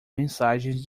mensagens